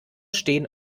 stehen